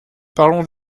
parlons